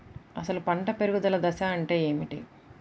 అసలు పంట పెరుగుదల దశ అంటే ఏమిటి?